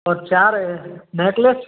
और चार नेकलेस